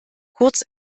kurz